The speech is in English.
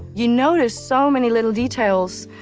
you notice so many little details,